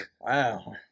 Wow